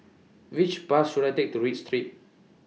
Which Bus should I Take to Read Street